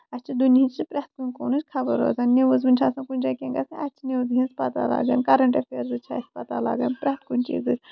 اَسہِ چھِ دُنیِچ پرٮ۪تھ کُنہِ کوٗنٕچ خَبر روزن نِوٕز ؤنۍ چھُ آسان کُنہِ جایہِ کیٚنٛہہ گژھنٕے اَسہِ چھِ نِوٕزِ ہٕنز پَتہ لگن کَرنٹ ایفیٲرز چھےٚ اَسہِ پَتہ لگان پرٮ۪تھ کُنہِ چیٖزٕچ